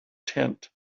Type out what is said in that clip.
tent